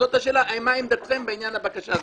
מה דעתכם בעניין הבקשה הזו?